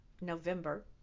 november